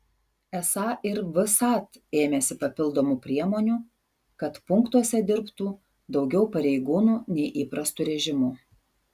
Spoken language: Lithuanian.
esą ir vsat ėmėsi papildomų priemonių kad punktuose dirbtų daugiau pareigūnų nei įprastu režimu